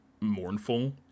mournful